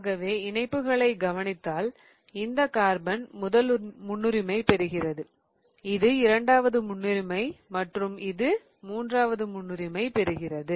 ஆகவே இணைப்புகளை கவனிப்பதால் இந்த கார்பன் முதல் முன்னுரிமை பெறுகிறது இது இரண்டாவது முன்னிரிமை மற்றும் இது மூன்றாவதாக முன்னுரிமை பெறுகிறது